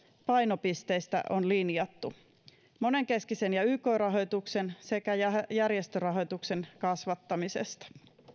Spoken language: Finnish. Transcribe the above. painopisteistä on linjattu yk ja muun monenkeskisen rahoituksen sekä järjestörahoituksen kasvattamisesta